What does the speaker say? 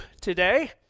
today